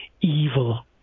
evil